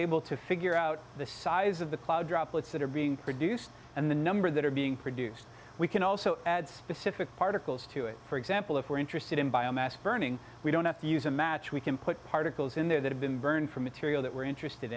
able to figure out the size of the cloud droplets that are being produced and the numbers that are being produced we can also add specific particles to it for example if we're interested in biomass burning we don't have to use a match we can put particles in there that have been burned for material that we're interested